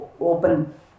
open